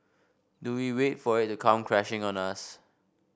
do we wait for it to come crashing on us